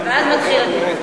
ואז מתחיל הדיון.